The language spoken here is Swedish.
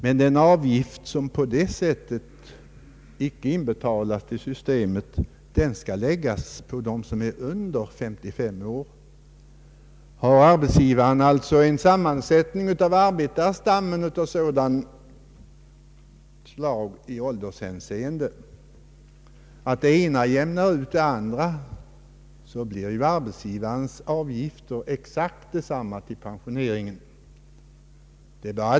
Men den avgift som på det sättet icke inbetalas till systemet skulle läggas på avgiften för dem som är under 55 år. Har arbetsgivaren en sådan sammansättning av arbetarstammen i åldershänseende att det ena jämnar ut det andra, blir arbetsgivarens avgifter till pensioneringen exakt desamma.